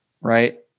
right